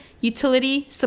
utility